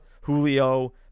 Julio